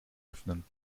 öffnen